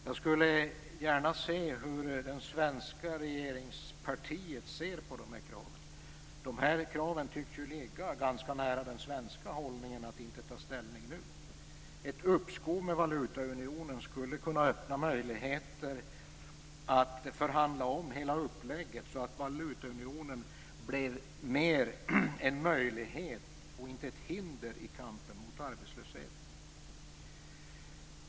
Jag skulle vilja veta hur det svenska regeringspartiet ser på dessa krav. Kraven tycks ju ligga ganska nära den svenska hållningen, att inte ta ställning nu. Ett uppskov med valutaunionen skulle kunna öppna möjligheter att omförhandla hela upplägget, så att valutaunionen blev mer en möjlighet och inte ett hinder i kampen mot arbetslösheten.